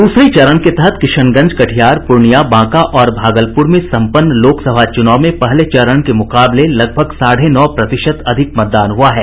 दूसरे चरण के तहत किशनगंज कटिहार पूर्णिया बांका और भागलपुर में सम्पन्न लोकसभा चुनाव में पहले चरण के मुकाबले लगभग साढ़े नौ प्रतिशत अधिक मतदान हुआ है